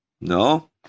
No